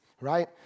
Right